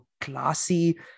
classy